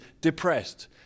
depressed